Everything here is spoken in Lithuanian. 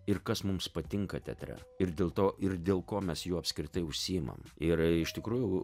ir kas mums patinka teatre ir dėl to ir dėl ko mes juo apskritai užsiimam ir iš tikrųjų